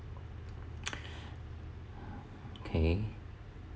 okay